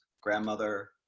grandmother